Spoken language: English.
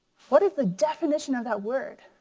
what is the definition of that word?